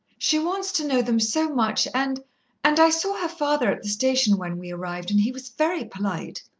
she wants to know them so much, and and i saw her father at the station when we arrived, and he was very polite.